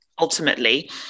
ultimately